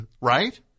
Right